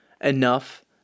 enough